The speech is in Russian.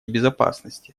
безопасности